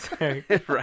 Right